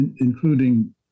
including